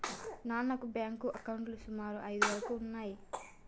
నాకున్న బ్యేంకు అకౌంట్లు సుమారు ఐదు వరకు ఉన్నయ్యి